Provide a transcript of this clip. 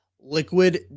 Liquid